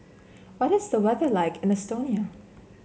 what is the weather like in Estonia